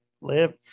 live